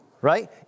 Right